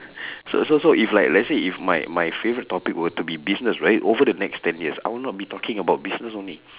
so so so if like let's say if my my favourite topic were to be business right over the next ten years I would not be talking about business only